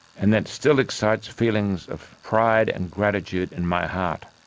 and that still excites feelings of pride and gratitude in my heart.